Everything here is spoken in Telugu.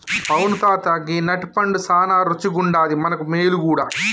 అవును తాత గీ నట్ పండు సానా రుచిగుండాది మనకు మేలు గూడా